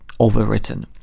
overwritten